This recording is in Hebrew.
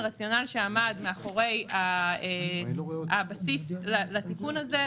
הרציונל שעמד מאחורי הבסיס לתיקון הזה,